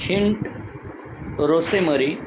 hint rosemary